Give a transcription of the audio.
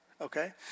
Okay